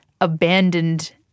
abandoned